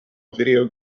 video